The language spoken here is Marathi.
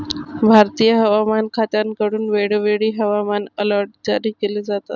भारतीय हवामान खात्याकडून वेळोवेळी हवामान अलर्ट जारी केले जातात